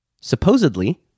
Supposedly